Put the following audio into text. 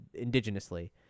indigenously